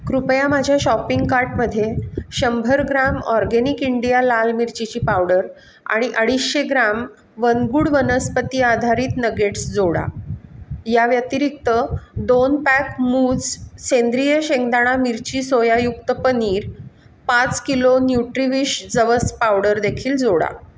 कृपया माझ्या शॉपिंग कार्टमध्ये शंभर ग्राम ऑरगॅनिक इंडिया लाल मिरचीची पावडर आणि अडीचशे ग्राम वन गुड वनस्पती आधारित नगेट्स जोडा या व्यतिरिक्त दोन पॅक मूज सेंद्रिय शेंगदाणा मिरची सोयायुक्त पनीर पाच किलो न्यूट्रीविश जवस पावडरदेखील जोडा